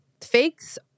fakes